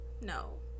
no